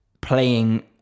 playing